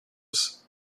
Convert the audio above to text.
was